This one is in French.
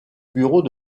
bureau